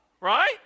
right